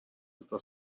tuto